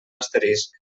asterisc